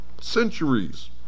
centuries